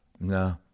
No